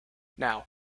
now